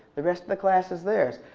the rest of the class is theirs.